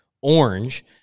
orange